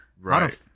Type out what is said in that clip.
Right